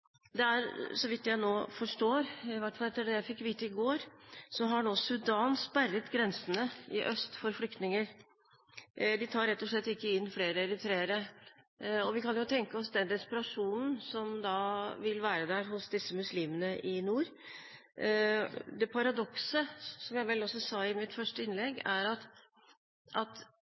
til at så vidt jeg nå forstår, i hvert fall etter det jeg fikk vite i går, har nå Sudan sperret grensene i øst for flyktninger. De tar rett og slett ikke inn flere eritreere. Vi kan jo tenke oss den desperasjonen som da vil være der hos disse muslimene i nord. Paradokset, som jeg vel også nevnte i mitt første innlegg, er at